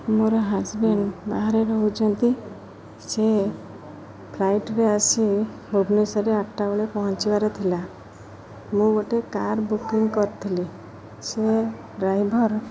ମୋର ହଜବେଣ୍ଡ ବାହାରେ ରହୁଛନ୍ତି ସେ ଫ୍ଲାଇଟ୍ରେ ଆସି ଭୁବନେଶ୍ୱରରେ ଆଠଟା ବେଳେ ପହଞ୍ଚିବାର ଥିଲା ମୁଁ ଗୋଟେ କାର୍ ବୁକିଂ କରିଥିଲି ସେ ଡ୍ରାଇଭର୍